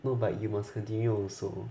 no but you must continue also